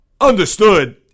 Understood